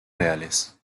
reales